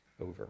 over